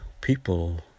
people